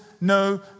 no